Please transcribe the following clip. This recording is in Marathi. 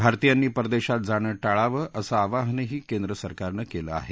भारतीयांनी परदेशात जाणं टाळावं असं अवाहनही केंद्र सरकारने केले आहे